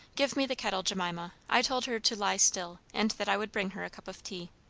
give me the kettle, jemima i told her to lie still, and that i would bring her a cup of tea.